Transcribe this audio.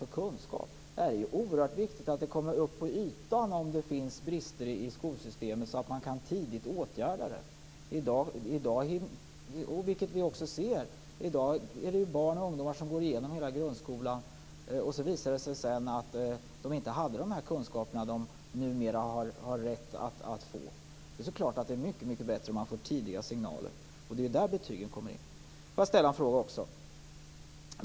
Det är oerhört viktigt att det kommer upp till ytan om det finns brister i skolsystemet, så att man tidigt kan åtgärda dem. I dag finns det barn och ungdomar som går igenom hela grundskolan och så visar det sig sedan att de inte har de kunskaper de numera har rätt att få. Det är klart att det är mycket bättre om man får tidiga signaler. Det är där betygen kommer in. Får jag ställa en fråga också?